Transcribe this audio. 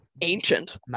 ancient